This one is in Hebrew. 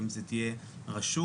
האם זו תהיה רשות,